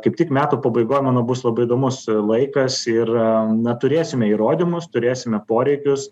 kaip tik metų pabaigoj manau bus labai įdomus laikas ir na turėsime įrodymus turėsime poreikius